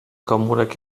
komórek